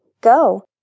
Go